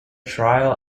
trial